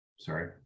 sorry